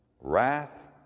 Wrath